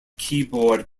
keyboard